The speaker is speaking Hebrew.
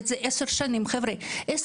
--- גם